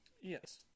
Yes